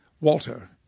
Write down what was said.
Walter